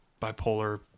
bipolar